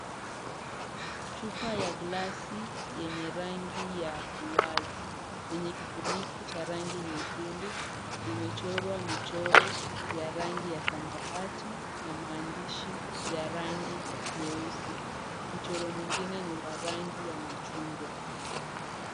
Chupa ya glasi, yenye rangi ya uwazi yenye kifuniko cha rangi nyekundu. Imechorwa michoro ya rangi ya samawati, na maandishi ya rangi nyeusi. Mchoro mwingine ni wa rangi ya machungwa.